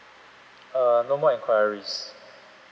err no more enquiries